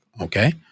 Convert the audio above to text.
okay